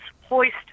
Hoist